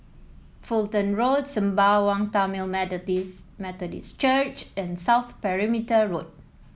Fulton Road Sembawang Tamil Methodist Methodist Church and South Perimeter Road